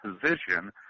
position